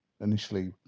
initially